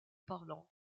parlant